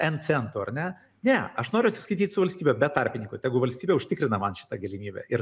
en centų ar ne ne aš noriu atsiskaityt su valstybe be tarpininkų tegu valstybė užtikrina man šitą galimybę ir